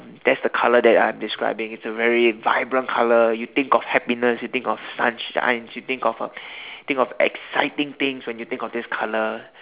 that's the colour that I'm describing it's a very vibrant colour you think of happiness you think of sunshine you think of um think of exciting things when you think of this colour